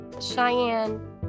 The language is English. Cheyenne